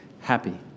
happy